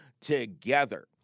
together